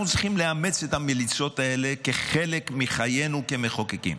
אנחנו צריכים לאמץ את המליצות האלה כחלק מחיינו כמחוקקים.